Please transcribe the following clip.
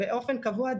באופן קבוע,